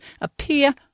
appear